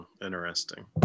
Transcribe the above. Interesting